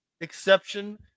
exception